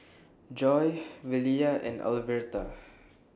Joi Velia and Alverta